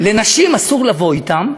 לנשים אסור לבוא אתם,